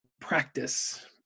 practice